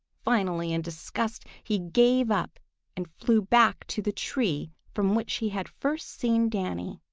finally, in disgust, he gave up and flew back to the tree from which he had first seen danny.